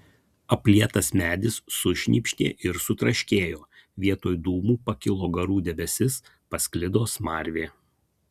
aplietas medis sušnypštė ir sutraškėjo vietoj dūmų pakilo garų debesis pasklido smarvė